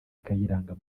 kayiranga